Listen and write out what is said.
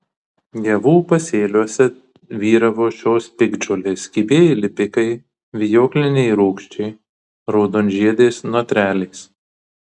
javų pasėliuose vyravo šios piktžolės kibieji lipikai vijokliniai rūgčiai raudonžiedės notrelės